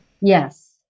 Yes